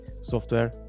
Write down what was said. software